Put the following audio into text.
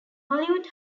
hollywood